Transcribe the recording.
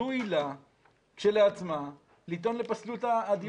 זו עילה כשלעצמה לטעון לפסלות הדיון.